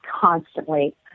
constantly